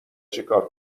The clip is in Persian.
چیکار